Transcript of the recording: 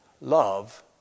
Love